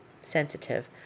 sensitive